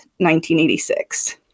1986